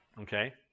okay